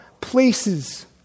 places